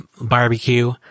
barbecue